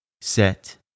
set